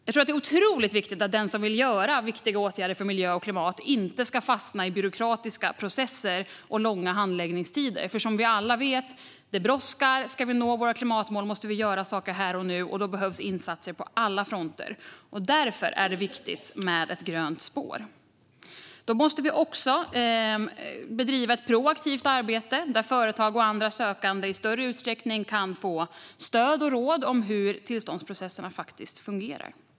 Jag tror att det är otroligt viktigt att den som vill vidta viktiga åtgärder för miljö och klimat inte ska fastna i byråkratiska processer och långa handläggningstider. Som vi alla vet brådskar det. Ska vi nå våra klimatmål måste vi göra saker här och nu, och då behövs insatser på alla fronter. Därför är det viktigt med ett grönt spår. Då måste vi också bedriva ett proaktivt arbete, där företag och andra sökande i större utsträckning kan få stöd och råd om hur tillståndsprocesserna fungerar.